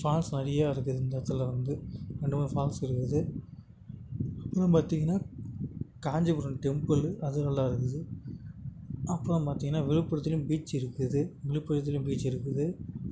falls நிறையா இருக்குது இந்த இடத்துல வந்து ரெண்டு மூணு ஃபால்ஸ் இருக்குது அப்புறம் பார்த்தீங்கன்னா காஞ்சிபுரம் டெம்பிள் அது நல்லா இருக்குது அப்புறம் பார்த்தீங்கன்னா விழுப்புரத்துலையும் பீச் இருக்குது விழுப்புரத்துலையும் பீச் இருக்குது